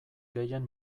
gehien